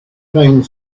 came